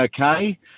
okay